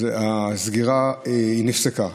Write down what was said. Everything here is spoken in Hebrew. הסגירה נפסקה.